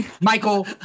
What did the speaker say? Michael